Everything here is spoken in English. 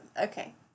okay